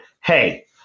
hey